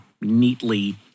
neatly